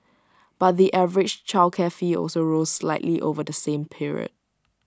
but the average childcare fee also rose slightly over the same period